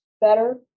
better